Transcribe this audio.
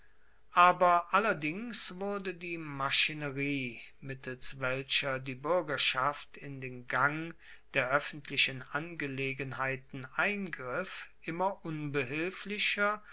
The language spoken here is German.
aber allerdings wurde die maschinerie mittels welcher die buergerschaft in den gang der oeffentlichen angelegenheiten eingriff immer